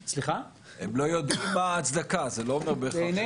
זה לא אומר בהכרח שאין הצדקה.